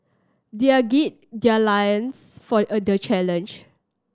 their gird their loins for the challenge